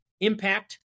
impact